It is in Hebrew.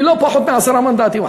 היא לא פחות מעשרה מנדטים,